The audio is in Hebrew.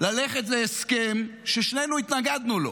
-- גרמת אז לממשל ללכת להסכם ששנינו התנגדנו לו,